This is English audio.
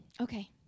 Okay